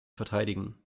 verteidigen